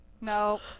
no